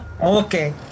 Okay